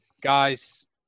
Guys